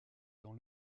dans